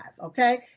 okay